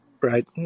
right